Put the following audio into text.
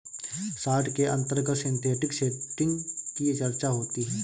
short के अंतर्गत synthetic setting की चर्चा होती है